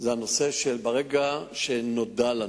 ברגע שנודע לנו,